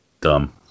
Dumb